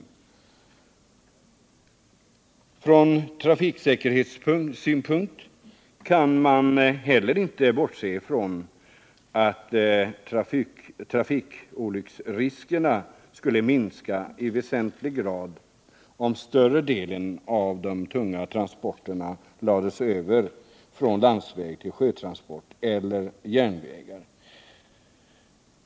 När det gäller trafiksäkerhetssynpunkterna kan man inte bortse från att trafikolycksfallsriskerna skulle minska väsentligt om större delen av de tunga landsvägstransporterna i stället skedde till sjöss eller med järnväg.